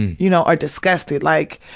y'know, or disgusted, like,